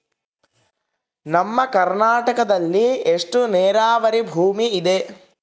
ನಮ್ಮ ಕರ್ನಾಟಕದಲ್ಲಿ ಎಷ್ಟು ನೇರಾವರಿ ಭೂಮಿ ಇದೆ?